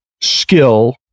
skill